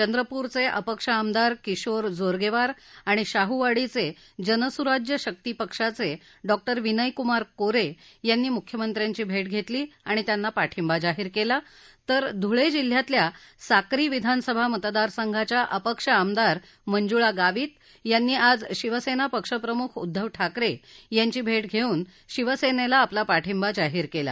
चंद्रपूरचे अपक्ष आमदार किशोर जोरगेवार आणि शाह्वाडीचे जनसुराज्य शक्ती पक्षाचे डॉ विनयकुमार कोरे यांनी मुख्यमंत्र्यांची भेट घेतली आणि त्यांना पाठिंबा जाहीर केला तर धुळे जिल्ह्यातल्या साक्री विधानसभा मतदारसंघाच्या अपक्ष आमदार मंजूळा गावित यांनी आज शिवसेना पक्षप्रमुख उद्दव ठाकरे यांची भेट घेऊन शिवसेनेला आपला पाठिंबा जाहीर केला